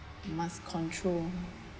must control